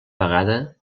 vegada